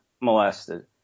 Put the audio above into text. molested